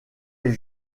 est